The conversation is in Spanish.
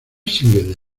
single